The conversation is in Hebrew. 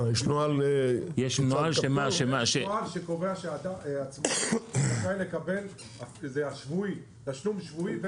יש נוהל שקובע שעצמאי זכאי לקבל תשלום שבועי אם